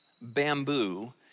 bamboo